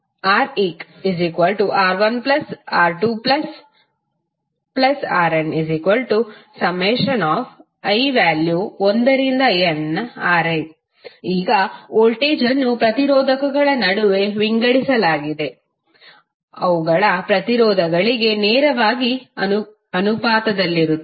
ReqR1R2Rni1nRi ಈಗ voltage ಅನ್ನು ಪ್ರತಿರೋಧಕಗಳ ನಡುವೆ ವಿಂಗಡಿಸಲಾಗಿದೆ ಅವುಗಳ ಪ್ರತಿರೋಧಗಳಿಗೆ ನೇರವಾಗಿ ಅನುಪಾತದಲ್ಲಿರುತ್ತದೆ